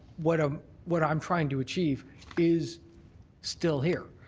what ah what i'm trying to achieve is still here,